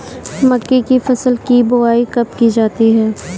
मक्के की फसल की बुआई कब की जाती है?